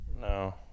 No